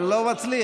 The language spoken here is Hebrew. אבל אני לא מצליח.